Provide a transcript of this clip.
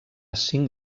cinc